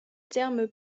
termes